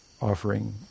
offering